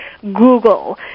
Google